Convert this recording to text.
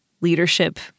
leadership